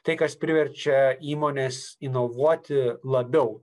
tai kas priverčia įmones įnovuoti labiau